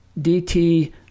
DT